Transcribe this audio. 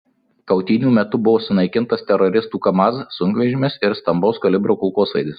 kautynių metu buvo sunaikintas teroristų kamaz sunkvežimis ir stambaus kalibro kulkosvaidis